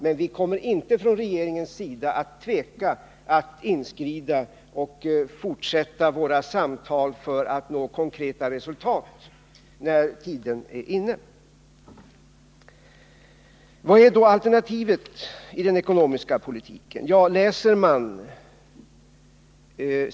Men vi kommer från regeringens sida inte att tveka att inskrida och fortsätta våra samtal för att nå konkreta resultat när tiden är inne. Vad är då alternativet i den ekonomiska politiken?